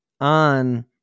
on